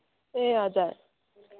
ए हजुर